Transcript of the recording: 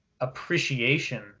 appreciation